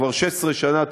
כבר 16 שנה,